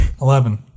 Eleven